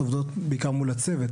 עובדות בעיקר מול הצוות,